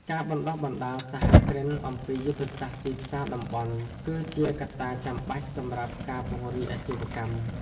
ការបណ្ដុះបណ្ដាលសហគ្រិនអំពីយុទ្ធសាស្ត្រទីផ្សារតំបន់ គឺជាកត្តាចាំបាច់សម្រាប់ការពង្រីកអាជីវកម្ម។